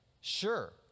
sure